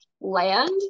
land